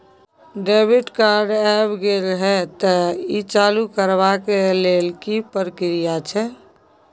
Debit card ऐब गेल हैं त ई चालू करबा के लेल की प्रक्रिया छै?